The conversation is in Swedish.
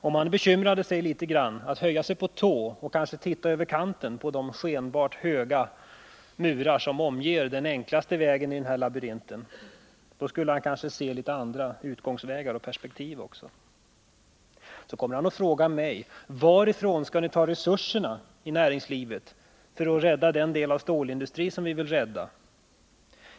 Om han bekymrade sig litet grand, höjde sig på tå och tittade ut över kanten på de skenbart höga murar som omger den enklaste vägen i den här labyrinten, skulle han kanske se en del andra utgångsvägar och även få ett annat perspektiv. Industriministern frågar mig: Varifrån skall ni ta resurserna i näringslivet för att rädda den del av stålindustrin som ni vill rädda?